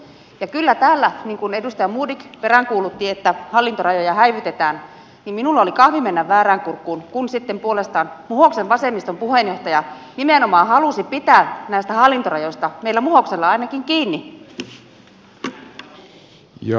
ja kyllä kun täällä edustaja modig peräänkuulutti että hallintorajoja häivytetään niin minulla oli kahvi mennä väärään kurkkuun kun sitten puolestaan muhoksen vasemmiston puheenjohtaja nimenomaan halusi pitää näistä hallintorajoista meillä muhoksella ainakin kiinni